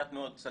מעט מאוד סכרת,